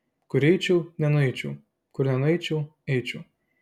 kur eičiau nenueičiau kur nenueičiau eičiau